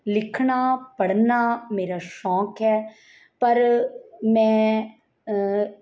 ਲਿਖਣਾ ਪੜ੍ਹਨਾ ਮੇਰਾ ਸ਼ੌਕ ਹੈ ਪਰ ਮੈਂ